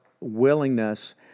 willingness